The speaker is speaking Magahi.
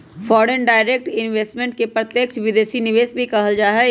फॉरेन डायरेक्ट इन्वेस्टमेंट के प्रत्यक्ष विदेशी निवेश भी कहल जा हई